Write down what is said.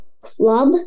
club